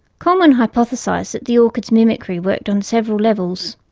coleman hypothesised that the orchid's mimicry worked on several levels.